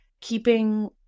keeping